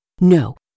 No